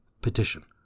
Petition